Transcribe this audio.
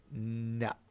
No